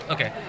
Okay